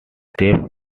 strip